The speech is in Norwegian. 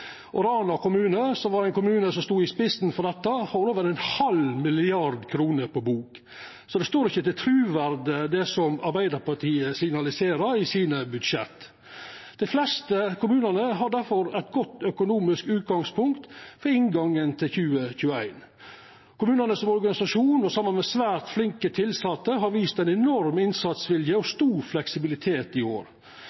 Rana kommune, ein kommune som stod i spissen for dette, har over 0,5 mrd. kr på bok. Så det har ikkje truverde, det som Arbeidarpartiet signaliserer i budsjetta sine. Dei fleste kommunane har difor eit godt økonomisk utgangspunktet ved inngangen til 2021. Kommunane har, som organisasjon og saman med svært flinke tilsette, vist ein enorm innsatsvilje og